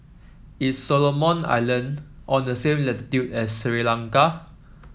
is Solomon Islands on the same latitude as Sri Lanka